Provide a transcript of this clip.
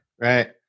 right